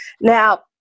Now